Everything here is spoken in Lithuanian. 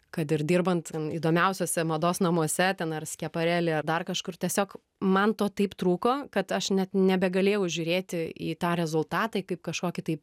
kad ir dirbant įdomiausiuose mados namuose ten ar skiepareli ar dar kažkur tiesiog man to taip trūko kad aš net nebegalėjau žiūrėti į tą rezultatą kaip kažkokį tai